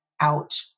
out